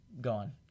Gone